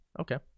Okay